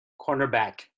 cornerback